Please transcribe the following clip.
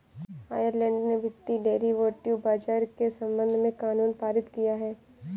Ireland ने वित्तीय derivative बाजार के संबंध में कानून पारित किया है